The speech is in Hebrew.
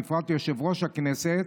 בפרט יושב-ראש הכנסת,